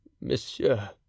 Monsieur